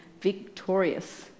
victorious